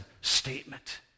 statement